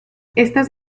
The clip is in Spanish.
estas